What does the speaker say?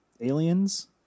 aliens